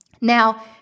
Now